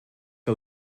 que